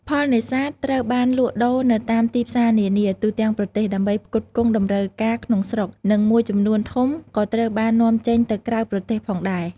ផលនេសាទត្រូវបានលក់ដូរនៅតាមទីផ្សារនានា ទូទាំងប្រទេស ដើម្បីផ្គត់ផ្គង់តម្រូវការក្នុងស្រុក និងមួយចំនួនធំក៏ត្រូវបាននាំចេញទៅក្រៅប្រទេសផងដែរ។